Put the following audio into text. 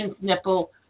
nipple